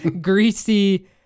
greasy